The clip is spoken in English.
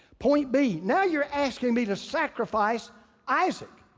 point b, now you're asking me to sacrifice isaac.